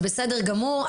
זה בסדר גמור.